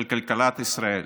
של כלכלת ישראל,